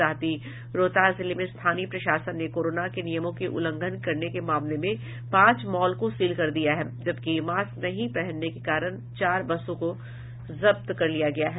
साथ ही रोहतास जिले में स्थानीय प्रशासन ने कोरोना के नियमों के उल्लंघन करने के मामले में पांच मॉल को सील कर दिया है जबकि मास्क नहीं पहने के कारण चार बसों को जब्त कर लिया गया है